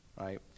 right